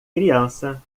criança